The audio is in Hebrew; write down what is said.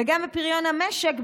וגם לפריון המשק,